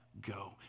go